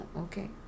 okay